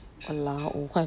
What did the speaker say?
!walao! 五块